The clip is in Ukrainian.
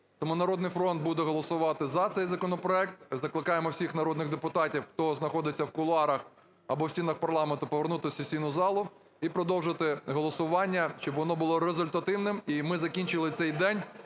Тому "Народний фронт" буде голосувати за цей законопроект. Закликаємо всіх народних депутатів, хто знаходиться в кулуарах або в стінах парламенту повернутись в сесійну залу і продовжити голосування, щоб воно було результативним і ми закінчили цей день